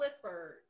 Clifford